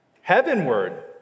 heavenward